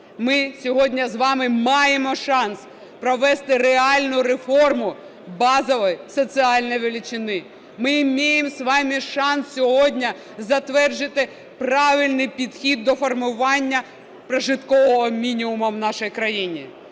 Ми сьогодні з вами маємо шанс провести реальну реформу базової соціальної величини. Мы имеем с вами шанс сьогодні затвердити правильний підхід до формування прожиткового мінімуму в нашій країні.